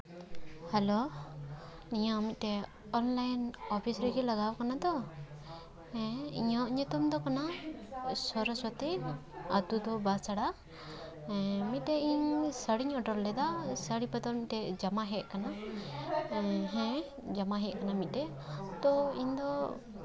hello ᱱᱤᱭᱟᱹ ᱢᱤᱫᱴᱮᱱ online office ᱨᱮᱜᱮ ᱞᱟᱜᱟᱣ ᱠᱟᱱᱟ ᱛᱚ ᱦᱮᱸ ᱤᱧᱟᱹᱜ ᱧᱩᱛᱩᱢ ᱫᱚ ᱠᱟᱱᱟ ᱥᱚᱨᱚᱥᱚᱛᱤ ᱟᱛᱳ ᱫᱚ ᱵᱟᱸᱥᱲᱟ ᱢᱤᱫᱴᱮᱡ ᱤᱧ ᱥᱟᱹᱲᱤᱧ ᱚᱰᱟᱨ ᱞᱮᱫᱟ ᱚᱱᱟ ᱥᱟᱹᱲᱤ ᱵᱚᱫᱚᱞ ᱢᱤᱫᱴᱮᱱ ᱡᱟᱢᱟ ᱦᱮᱡ ᱠᱟᱱᱟ ᱦᱮᱸ ᱡᱟᱢᱟ ᱦᱮᱡ ᱠᱟᱱᱟ ᱢᱤᱫᱴᱮᱡ ᱛᱚ ᱤᱧ ᱫᱚ